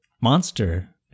monster